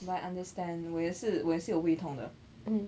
but I understand 我也是我也是有胃痛的